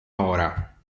ora